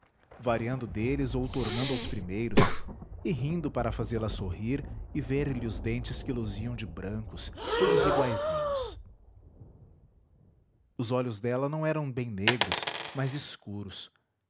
variando deles ou tornando aos primeiros e rindo para fazê-la sorrir e ver-lhe os dentes que luziam de brancos todos iguaizinhos os olhos dela não eram bem negros mas escuros